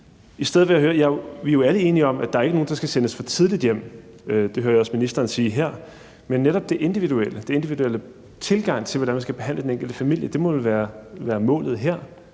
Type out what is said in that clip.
Vi er jo alle enige om, at der ikke er nogen, der skal sendes for tidligt hjem – det hører jeg også ministeren sige her – men netop det individuelle og den individuelle tilgang til, hvordan man skal behandle den enkelte familie, må vel være målet her,